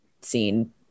scene